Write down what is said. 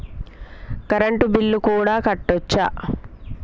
Current bill కూడా కట్టొచ్చా?